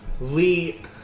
Lee